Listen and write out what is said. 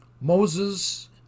Moses